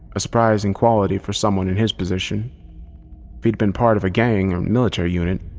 a surprising quality for someone in his position. if he'd been part of a gang or military unit,